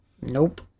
Nope